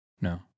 No